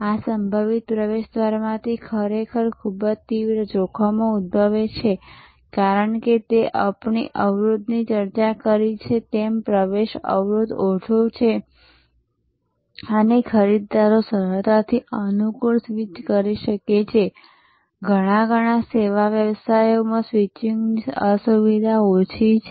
આ સંભવિત પ્રવેશદ્વારમાંથી ખરેખર ખૂબ જ તીવ્ર જોખમો ઉદ્ભવે છે કારણ કે આપણે અવરોધની ચર્ચા કરી છે તેમ પ્રવેશ અવરોધ ઓછો છે અને ખરીદદારો સરળતાથી અનુકૂળ સ્વિચ કરી શકે છે ઘણા ઘણા સેવા વ્યવસાયોમાં સ્વિચિંગની અસુવિધા ઓછી છે